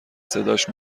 صداش